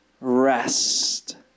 Rest